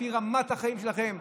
לפי רמת החיים שלכם.